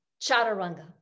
chaturanga